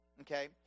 Okay